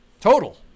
total